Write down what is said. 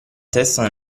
testa